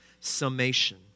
summation